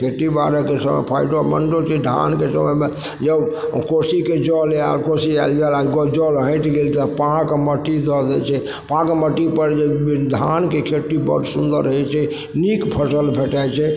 खेतीबाड़ीके समय फायदामन्दो छै धानके समयमे जे कोसीके जल आयल कोसी आयल यऽ जल हटि गेल तऽ पाक मट्टी दऽ दै छै पाग मट्टीपर जे धानके खेती बड़ सुन्दर होइ छै नीक फसल भेटय छै